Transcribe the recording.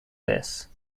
this